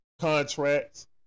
contracts